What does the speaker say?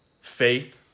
faith